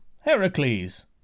Heracles